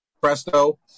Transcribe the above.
Presto